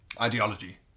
ideology